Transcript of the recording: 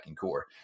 core